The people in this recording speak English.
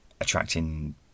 attracting